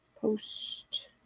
post